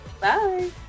Bye